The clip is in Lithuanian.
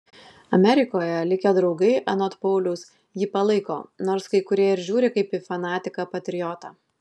amerikoje likę draugai anot pauliaus jį palaiko nors kai kurie ir žiūri kaip į fanatiką patriotą